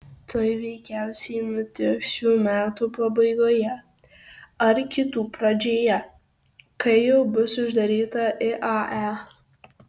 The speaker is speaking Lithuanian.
tai veikiausiai nutiks šių metų pabaigoje ar kitų pradžioje kai jau bus uždaryta iae